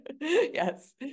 Yes